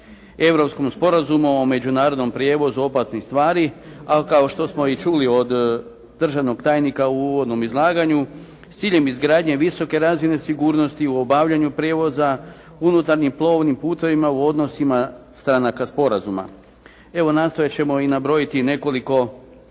Europskom sporazumu o međunarodnom prijevozu opasnih stvari, ali kao što smo i čuli od državnog tajnika u uvodnom izlaganju s ciljem izgradnje visoke razine sigurnosti u obavljanju prijevoza, unutarnjim plovnim putevima u odnosima stranaka sporazuma. Evo nastojat ćemo nabrojiti i nekoliko